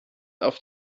auf